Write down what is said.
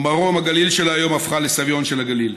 ומרום הגליל של היום הפכה לסביון של הגליל.